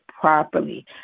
properly